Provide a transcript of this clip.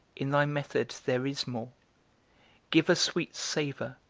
in thy method there is more give a sweet savour,